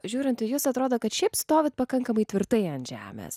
žiūrint į jus atrodo kad šiaip stovit pakankamai tvirtai ant žemės